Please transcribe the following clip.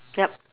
yup